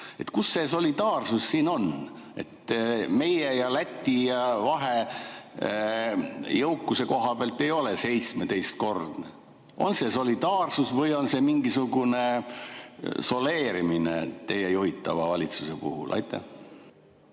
Kus see solidaarsus siin on? Meie ja Läti vahe jõukuse koha pealt ei ole seitsmeteistkordne. On see solidaarsus või on see mingisugune soleerimine teie juhitava valitsuse puhul? Aitäh!